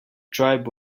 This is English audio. tribe